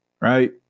right